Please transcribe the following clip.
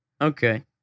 Okay